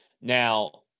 Now